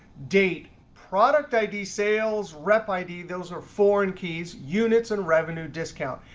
date, product id, sales, rep id, those are foreign keys, units, and revenue discount.